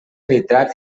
nitrat